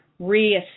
reassess